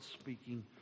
speaking